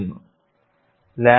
അതിന്റെ മൂന്ന് വശങ്ങൾ നമുക്ക് കാണാം